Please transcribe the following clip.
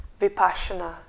Vipassana